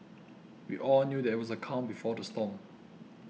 we all knew that it was the calm before the storm